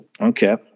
Okay